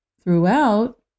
throughout